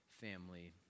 family